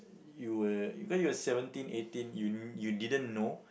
you were cause you were seventeen eighteen you you didn't know